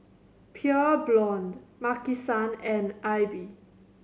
Pure Blonde Maki San and Aibi